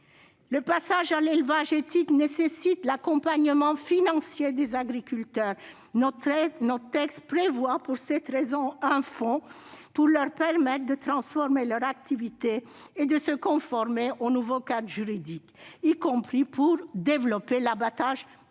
Le passage à l'élevage éthique nécessite l'accompagnement financier des agriculteurs. Pour cette raison, notre texte prévoit un fonds pour les aider à transformer leur activité et à se conformer au nouveau cadre juridique, y compris en développant l'abattage de proximité.